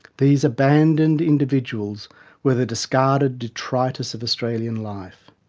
these abandoned individuals were the discarded detritus of australian life.